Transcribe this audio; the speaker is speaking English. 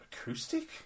acoustic